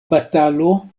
batalo